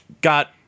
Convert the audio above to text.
got